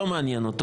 שיגיד את זה,